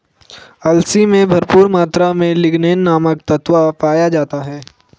अलसी में भरपूर मात्रा में लिगनेन नामक तत्व पाया जाता है